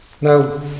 now